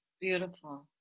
Beautiful